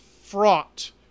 fraught